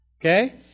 Okay